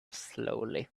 slowly